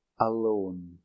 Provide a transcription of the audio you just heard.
alone